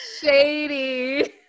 shady